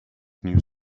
new